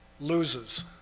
loses